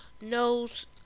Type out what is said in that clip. knows